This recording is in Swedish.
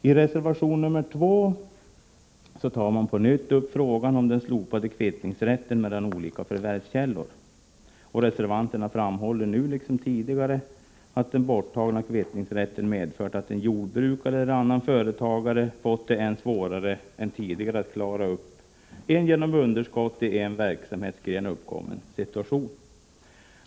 I reservation nr 2 tar man på nytt upp frågan om den slopade kvittningsrätten mellan olika förvärvskällor. Reservanterna framhåller nu liksom tidigare att den borttagna kvittningsrätten medfört att en jordbrukare eller en annan företagare fått det än svårare än tidigare att klara upp en genom underskott i en verksamhetsgren uppkommen situation.